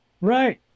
right